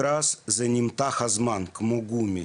נמתח הזמן כמו גומי,